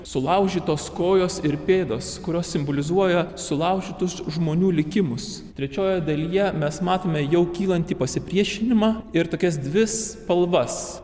sulaužytos kojos ir pėdos kurios simbolizuoja sulaužytus žmonių likimus trečiojoje dalyje mes matome jau kylantį pasipriešinimą ir tokias dvi spalvas